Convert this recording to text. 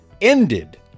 ended